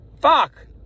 fuck